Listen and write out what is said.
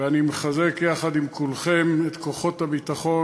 ואני מחזק יחד עם כולכם את כוחות הביטחון